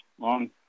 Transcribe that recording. long